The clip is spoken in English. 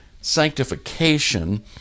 sanctification